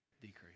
Decrease